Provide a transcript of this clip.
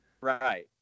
right